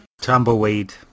Tumbleweed